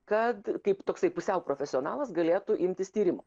kad kaip toksai pusiau profesionalas galėtų imtis tyrimo